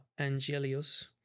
angelios